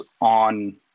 on